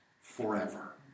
forever